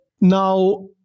Now